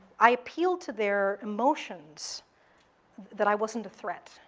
i appealed to their emotions that i wasn't a threat,